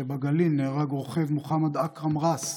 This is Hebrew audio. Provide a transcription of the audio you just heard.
שבגליל נהרג רוכב, מוחמד אכרם אבו ראס,